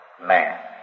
man